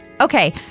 Okay